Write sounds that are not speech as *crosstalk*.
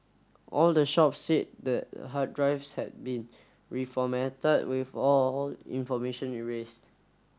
all the shops said the hard drives had been reformatted with all *unintelligible* information erased